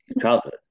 childhood